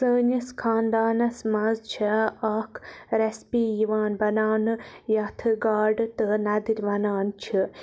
سٲنِس خانٛدانَس مَنٛز چھےٚ اکھ ریٚسپی یِوان بَناونہٕ یتھ گاڈٕ تہٕ نَدٕرۍ وَنان چھِ